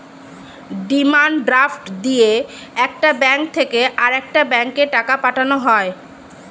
demand draft দিয়ে একটা bank থেকে আরেকটা ব্যাঙ্কে টাকা পাঠানো হয়